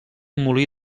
molí